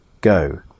Go